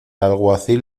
alguacil